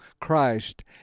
Christ